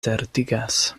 certigas